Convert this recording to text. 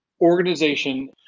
organization